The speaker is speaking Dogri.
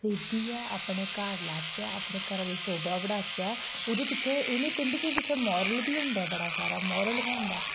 खरीदियै अपने घर लाचै अपने घरै दी शोभा बड़ाचै ओह्दे पिच्छे इनें पेंटिगें पिच्छे मोरल बी होंदा बड़ा सारा मोरल गै होंदा